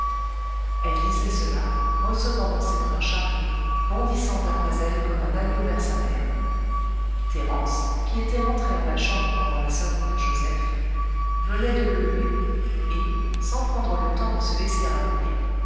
elle disait cela recevant dans ses bras charlot bondissant après elle comme un agneau vers sa mère thérence qui était rentrée en la chambre pendant la sonnerie de joseph venait de le lever et sans prendre le temps de se laisser habiller